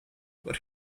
but